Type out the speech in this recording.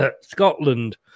Scotland